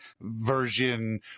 version